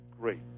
great